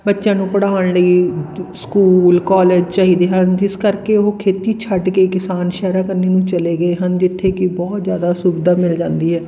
ਬੱਚਿਆਂ ਨੂੰ ਪੜ੍ਹਾਉਣ ਲਈ ਸਕੂਲ ਕੋਲਜ ਚਾਹੀਦੇ ਹਨ ਜਿਸ ਕਰਕੇ ਉਹ ਖੇਤੀ ਛੱਡ ਕੇ ਕਿਸਾਨ ਸ਼ਹਿਰਾਂ ਕੰਨੀ ਨੂੰ ਚਲੇ ਗਏ ਹਨ ਜਿੱਥੇ ਕਿ ਬਹੁਤ ਜ਼ਿਆਦਾ ਸੁਵਿਧਾ ਮਿਲ ਜਾਂਦੀ ਹੈ